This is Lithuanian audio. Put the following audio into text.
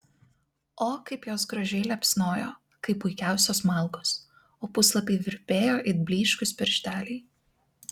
o kaip jos gražiai liepsnojo kaip puikiausios malkos o puslapiai virpėjo it blyškūs piršteliai